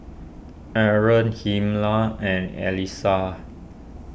Arron Hilma and Elisa